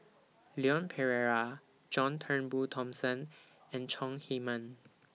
Leon Perera John Turnbull Thomson and Chong Heman